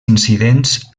incidents